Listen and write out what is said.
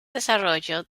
desarrollo